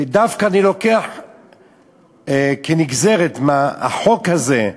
ודווקא אני לוקח כנגזרת, החוק הזה,